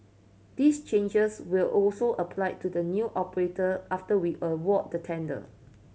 these changes will also apply to the new operator after we award the tender